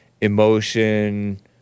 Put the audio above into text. emotion